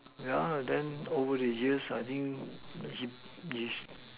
yeah then over the years I think he is